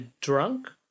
drunk